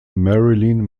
marilyn